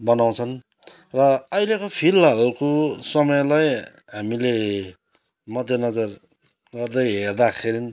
बनाउँछन् र अहिलेको फिलहालको समयलाई हामीले मध्येनजर गर्दै हेर्दाखेरि